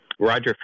Roger